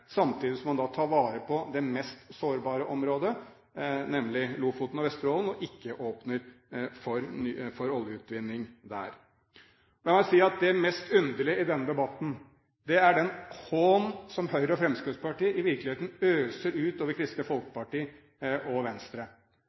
samtidig som man tar vare på det mest sårbare området, nemlig Lofoten og Vesterålen, og ikke åpner for oljeutvinning der. La meg si at det mest underlige i denne debatten er den hån som Høyre og Fremskrittspartiet i virkeligheten øser ut over Kristelig Folkeparti og Venstre.